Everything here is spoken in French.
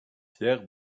pierre